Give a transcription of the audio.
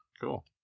Cool